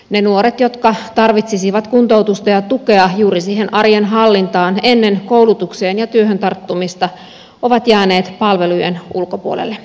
ne nuoret jotka tarvitsisivat kuntoutusta ja tukea juuri siihen arjen hallintaan ennen koulutukseen ja työhön tarttumista ovat jääneet palvelujen ulkopuolelle